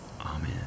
Amen